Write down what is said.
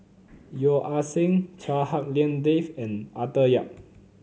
Yeo Ah Seng Chua Hak Lien Dave and Arthur Yap